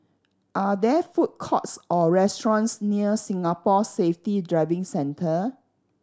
are there food courts or restaurants near Singapore Safety Driving Centre